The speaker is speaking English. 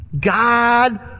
God